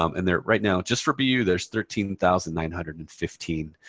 um and they're right now, just for bu, there's thirteen thousand nine hundred and fifteen